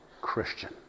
Christian